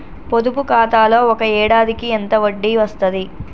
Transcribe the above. పొదుపు ఖాతాలో ఒక ఏడాదికి ఎంత వడ్డీ వస్తది?